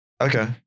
Okay